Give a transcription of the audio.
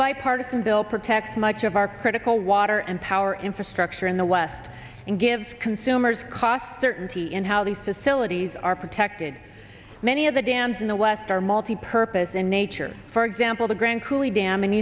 bipartisan bill protects much of our critical water and power infrastructure in the west and gives consumers cost certainty in how these facilities are protected many of the dams in the west are multi purpose in nature for example the grand coulee dam in